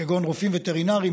כגון רופאים וטרינריים,